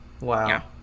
Wow